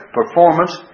performance